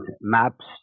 maps